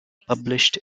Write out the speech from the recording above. published